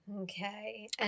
Okay